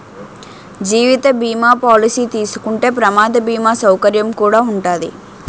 జీవిత బీమా పాలసీ తీసుకుంటే ప్రమాద బీమా సౌకర్యం కుడా ఉంటాది